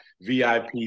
VIP